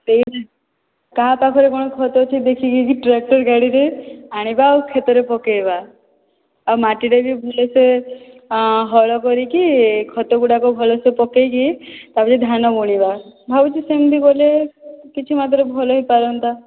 ସେ କାହା ପାଖରେ କ'ଣ ଖତ ଅଛି ଦେଖିକି ଟ୍ରାକ୍ଟର ଗାଡ଼ିରେ ଆଣିବା ଆଉ କ୍ଷେତରେ ପକାଇବା ଆଉ ମାଟି ଟା ବି ଭଲ ସେ ହଳ କରିକି ଖତ ଗୁଡ଼ାକ ଭଲସେ ପକାଇକି ତାପରେ ଧାନ ବୁଣିବା ମୁଁ ଭାବୁଛି ସେମିତି କଲେ କିଛି ମାତ୍ରାରେ ଭଲ ହୋଇପାରନ୍ତା